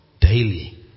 Daily